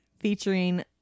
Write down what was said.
featuring